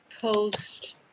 post